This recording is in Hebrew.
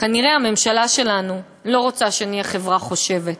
כנראה הממשלה שלנו לא רוצה שנהיה חברה חושבת,